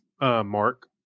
mark